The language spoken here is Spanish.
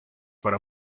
para